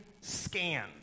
scan